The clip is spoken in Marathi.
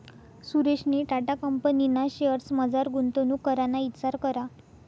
सुरेशनी टाटा कंपनीना शेअर्समझार गुंतवणूक कराना इचार करा